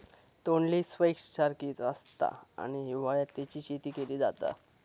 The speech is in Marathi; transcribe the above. तोंडली स्क्वैश सारखीच आसता आणि हिवाळ्यात तेची शेती केली जाता